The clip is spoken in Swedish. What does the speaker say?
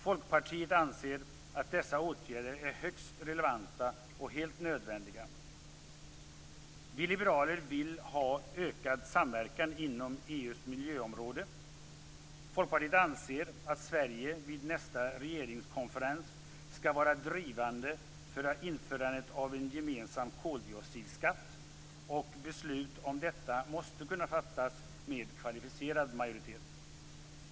Folkpartiet anser att dessa åtgärder är högst relevanta och helt nödvändiga. Vi liberaler vill ha ökad samverkan inom EU:s miljöområde. Folkpartiet anser att Sverige vid nästa regeringskonferens skall vara drivande för införandet av en gemensam koldioxidskatt, och beslut om detta måste kunna fattas med kvalificerad majoritet.